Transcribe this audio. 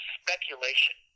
speculation